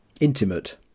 Intimate